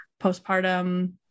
postpartum